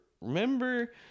remember